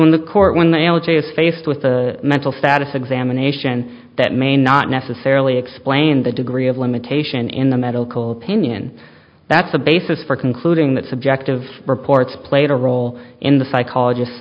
when the court when the allergy is faced with the mental status examination that may not necessarily explain the degree of limitation in the medical opinion that's the basis for concluding that subjective reports played a role in the psychologists